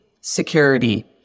security